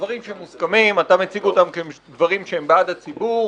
דברים שמוסכמים אתה מציג אותם כדברים שהם בעד הציבור